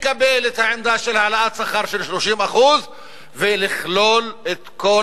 לקבל את העמדה של העלאת שכר של 30%; וכן לכלול את כל